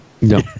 No